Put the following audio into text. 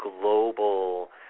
global